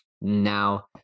Now